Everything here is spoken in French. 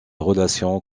relations